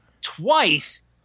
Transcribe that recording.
twice